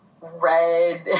red